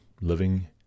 living